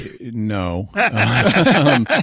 no